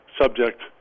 subject